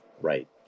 Right